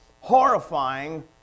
horrifying